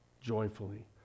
joyfully